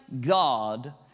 God